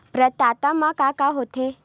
प्रदाता मा का का हो थे?